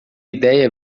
ideia